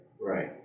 right